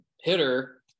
hitter